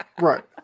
Right